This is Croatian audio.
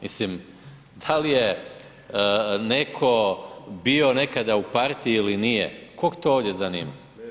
Mislim da li je neko bio nekada u partiji ili nije, kog to ovdje zanima?